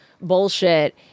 bullshit